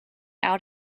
out